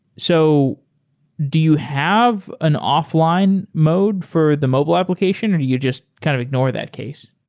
so do you have an offline mode for the mobile application or do you just kind of ignore that case?